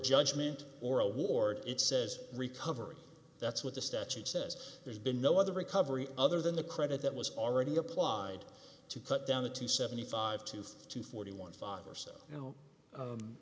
judgment or award it says recovery that's what the statute says there's been no other recovery other than the credit that was already applied to cut down the t seventy five tooth to forty one father so you know